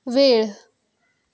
वेळ